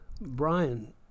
Brian